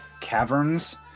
caverns